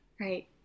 right